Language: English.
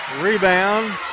Rebound